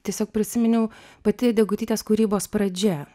tiesiog prisiminiau pati degutytės kūrybos pradžia